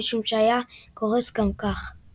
משום שהיה גוסס גם כך.